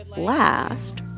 last?